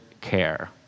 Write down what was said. care